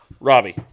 Robbie